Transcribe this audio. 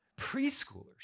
Preschoolers